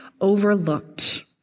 overlooked